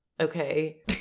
okay